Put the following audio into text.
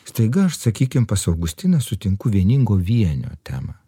staiga aš sakykim pas augustiną sutinku vieningo vienio temą